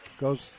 goes